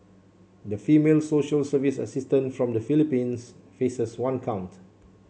the female social service assistant from the Philippines faces one count